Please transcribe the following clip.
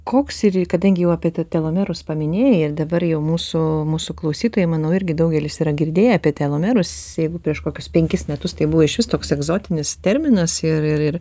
koks ir ir kadangi jau apie telomerus paminėjai ir dabar jau mūsų mūsų klausytojai manau irgi daugelis yra girdėję apie telomerus jeigu prieš kokius penkis metus tai buvo išvis toks egzotinis terminas ir ir ir